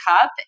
Cup